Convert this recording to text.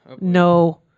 no